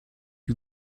you